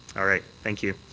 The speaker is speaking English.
all right. thank you.